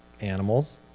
animals